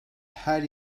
her